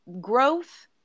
growth